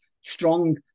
strong